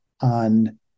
on